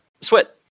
sweat